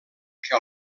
que